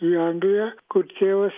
į angliją kur tėvas